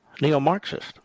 neo-Marxist